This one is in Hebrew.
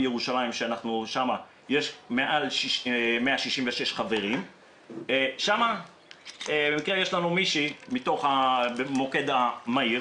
שם במקרה יש לנו מישהי מתוך המוקד המהיר